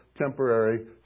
temporary